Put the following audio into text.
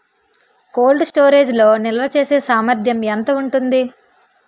Cold storage లో నిల్వచేసేసామర్థ్యం ఎంత ఉంటుంది?